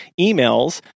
emails